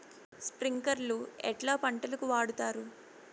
స్ప్రింక్లర్లు ఎట్లా పంటలకు వాడుతారు?